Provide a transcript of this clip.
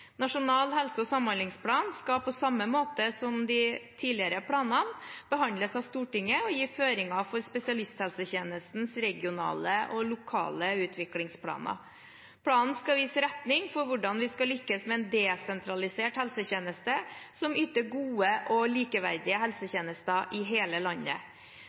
planene, behandles av Stortinget og gi føringer for spesialisthelsetjenestens regionale og lokale utviklingsplaner. Planen skal vise retning for hvordan vi skal lykkes med en desentralisert helsetjeneste som yter gode og likeverdige helsetjenester i hele landet.